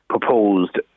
proposed